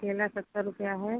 केला सत्तर रुपया है